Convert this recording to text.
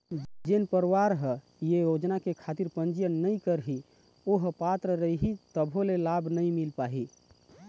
जेन परवार ह ये योजना खातिर पंजीयन नइ करही ओ ह पात्र रइही तभो ले लाभ नइ मिल पाही